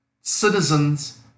citizens